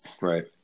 right